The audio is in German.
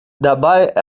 dabei